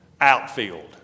outfield